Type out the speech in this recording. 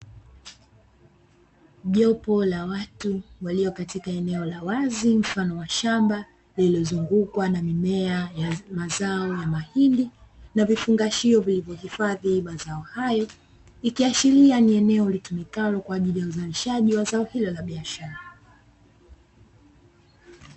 Jopo la watu walio katika eneo la wazi mfano wa shamba, lililozungukwa na mimea ya mazao ya mahindi na vifungashio vilivyo hifadhi mazao hayo; ikiashiria ni eneo litumikalo kwa ajili ya uzalishaji wa zao hilo la biashara.